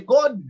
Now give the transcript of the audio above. God